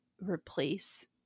replace